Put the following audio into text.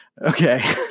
Okay